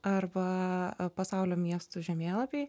arba pasaulio miestų žemėlapiai